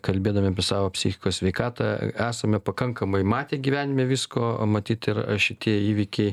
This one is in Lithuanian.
kalbėdami apie savo psichikos sveikatą esame pakankamai matę gyvenime visko matyt ir šitie įvykiai